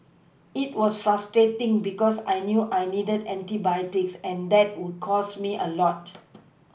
it was frustrating because I knew I needed antibiotics and that would cost me a lot